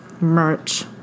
merch